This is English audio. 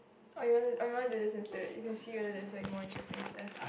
oh you wanna oh you wanna listen to it you can see whether there is more interesting things there